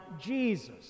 Jesus